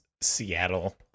seattle